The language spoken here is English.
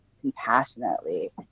compassionately